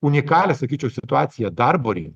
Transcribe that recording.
unikalią sakyčiau situaciją darbo rinkoj